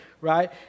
right